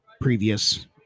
previous